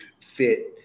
fit